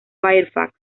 fairfax